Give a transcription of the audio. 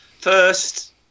first